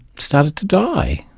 started to die.